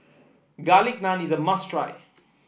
Garlic Naan is a must try